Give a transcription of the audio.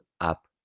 up